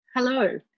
Hello